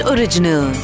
Original